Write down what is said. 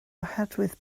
oherwydd